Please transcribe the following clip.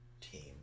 team